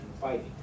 fighting